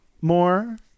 More